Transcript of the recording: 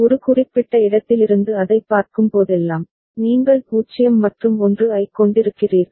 ஒரு குறிப்பிட்ட இடத்திலிருந்து அதைப் பார்க்கும்போதெல்லாம் நீங்கள் 0 மற்றும் 1 ஐக் கொண்டிருக்கிறீர்கள்